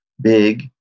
big